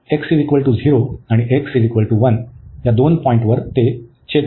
तर x 0 आणि x1 या दोन पॉईंटवर ते छेदतात